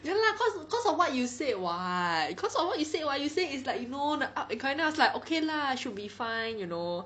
ya lah cause cause of what you said [what] cause of what you said [what] you say is like you know the up and coming and I was like okay lah should be fine you know